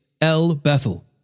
El-Bethel